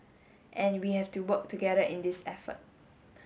and we have to work together in this effort